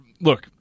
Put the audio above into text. Look